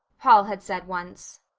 paul had said once.